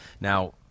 Now